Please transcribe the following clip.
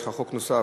יש לך חוק נוסף,